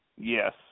Yes